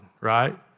right